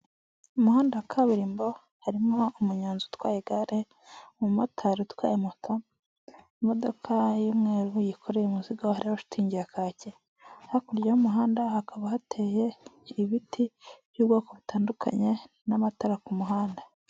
Umuhanda wa kaburimbo harimo umunyonzi utwaye igare, umumotari utwaye moto, imodoka y'umweru yikoreye umuzigo hariho shitingi ya kaki, hakurya y'umuhanda hakaba hateye ibiti by'ubwoko butandukanye n'amatara ku muhanda.